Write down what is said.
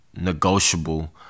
negotiable